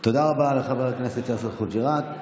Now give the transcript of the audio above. תודה רבה לחבר הכנסת יאסר חוג'יראת.